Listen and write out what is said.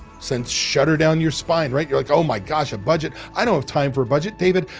sends shutter down your spine, right. you're like, oh, my gosh, a budget. i don't have time for budget, david.